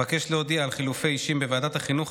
אבקש להודיע על חילופי אישים בוועדת החינוך,